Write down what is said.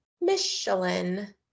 Michelin